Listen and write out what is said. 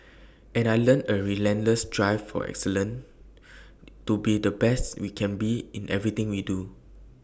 and I learnt A relentless drive for excellence to be the best we can be in everything we do